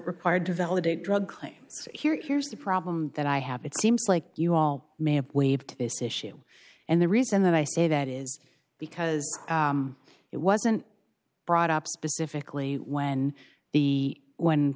required to validate drug claims here here's the problem that i have it seems like you all may have waived this issue and the reason that i say that is because it wasn't brought up specifically when the